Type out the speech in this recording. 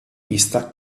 vista